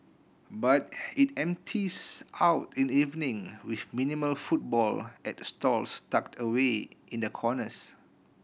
but it empties out in the evening with minimal footfall at stalls tucked away in the corners